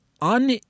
On